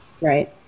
Right